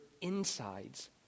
insides